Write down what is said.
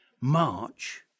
March